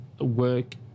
work